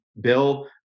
bill